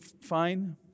Fine